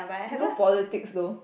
no politics though